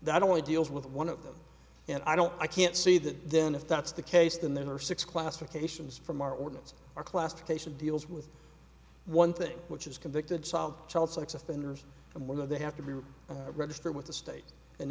that only deals with one of them and i don't i can't see that then if that's the case then there are six classifications from our ordinance our classification deals with one thing which is convicted child child sex offenders and whether they have to be registered with the state and